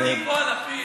לפיד, איפה נעלמה עדי קול?